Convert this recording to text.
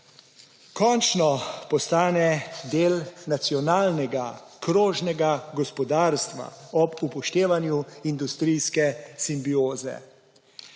končno postane del nacionalnega krožnega gospodarstva ob upoštevanju industrijske simbioze.